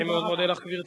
אני מאוד מודה לך, גברתי.